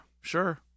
sure